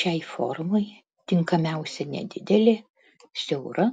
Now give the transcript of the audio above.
šiai formai tinkamiausia nedidelė siaura